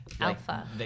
alpha